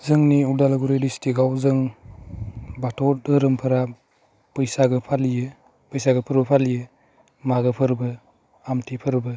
जोंनि अदालगुरि डिस्टिकआव जों बाथौ दोहोरोमफोरा बैसागो फालियो बैसागो फोरबो फालियो मागो फोरबो आमथि फोरबो